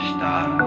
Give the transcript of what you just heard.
Stop